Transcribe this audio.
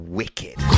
wicked